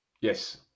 Yes